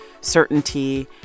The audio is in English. certainty